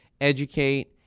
educate